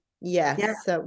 Yes